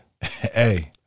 Hey